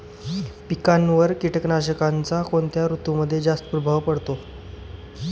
पिकांवर कीटकनाशकांचा कोणत्या ऋतूमध्ये जास्त प्रभाव पडतो?